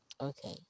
Okay